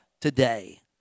today